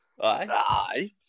Aye